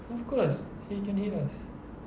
of course he can hear us